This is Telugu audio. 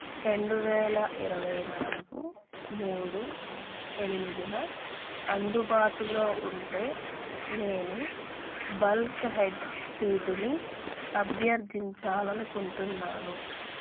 రెండు వేల ఇరవై నాలుగు మూడు ఎనిమిదిన అందుబాటులో ఉంటే నేను బల్క్ హెడ్ సీటుని అభ్యర్థించాలి అనుకుంటున్నాను